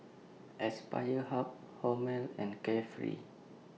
Aspire Hub Hormel and Carefree